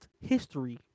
history